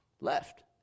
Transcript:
left